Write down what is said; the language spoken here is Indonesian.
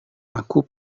aku